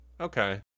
Okay